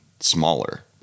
smaller